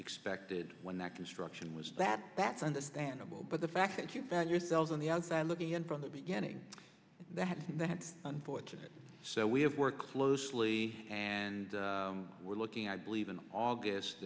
expected when that construction was bad that's understandable but the fact that you yourself on the outside looking in from the beginning that had that unfortunate so we have worked closely and we're looking i believe in august